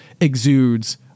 exudes